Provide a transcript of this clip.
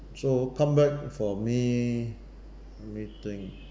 so come back for me let me think